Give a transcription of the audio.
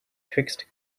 twixt